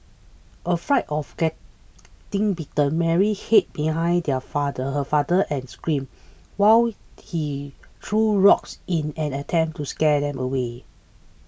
afraid of getting bitten Mary hid behind her father her father and screamed while he threw rocks in an attempt to scare them away